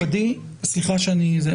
(היו"ר גלעד קריב) מכובדי, סליחה שאני קוטע אותך.